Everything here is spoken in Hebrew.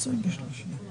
צוהריים טובים